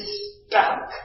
stuck